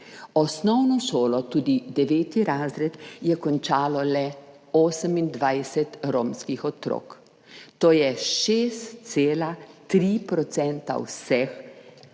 Osnovno šolo, tudi deveti razred, je končalo le 28 romskih otrok, to je 6,3 % vseh